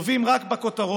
טובים רק בכותרות.